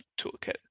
toolkit